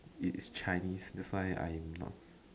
it's chinese that's why I not